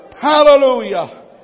Hallelujah